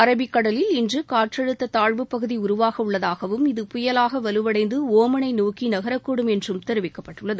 Arabic கடலில் இன்று காற்றழுத்த தாழ்வு பகுதி உருவாக உள்ளதாகவும் இது புயலாக வலுவடைந்து ஒமனை நோக்கி நகரக்கூடும் என்றும் தெரிவிக்கப்பட்டுள்ளது